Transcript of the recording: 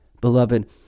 Beloved